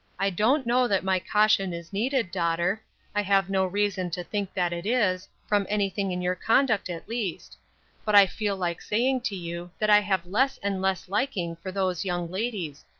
i don't know that my caution is needed, daughter i have no reason to think that it is, from anything in your conduct at least but i feel like saying to you that i have less and less liking for those young ladies,